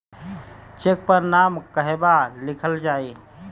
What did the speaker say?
Check पर नाम कहवा लिखल जाइ?